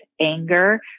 anger